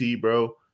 bro